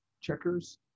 checkers